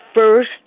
first